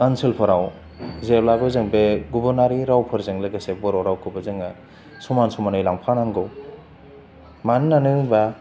ओनसोलफोराव जेब्लाबो जों बे गुबुनारि रावफोरजों लोगोसे बर' रावखौबो जोङो समान समानै लांफा नांगौ मानो होन्नानै बुंब्ला